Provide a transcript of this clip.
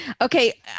Okay